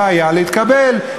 בעיה להתקבל,